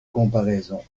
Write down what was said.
comparaison